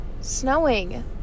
Snowing